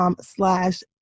slash